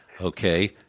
Okay